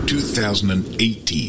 2018